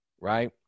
right